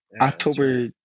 October